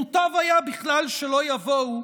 מוטב היה בכלל שלא יבואו,